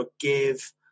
forgive